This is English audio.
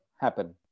happen